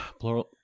Plural